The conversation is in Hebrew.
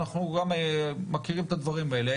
אנחנו מכירים את הדברים האלה,